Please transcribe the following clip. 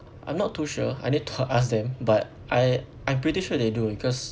I'm not too sure I need to ask them but I I'm pretty sure they do because